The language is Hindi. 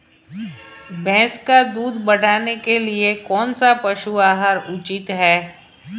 भैंस का दूध बढ़ाने के लिए कौनसा पशु आहार उचित है?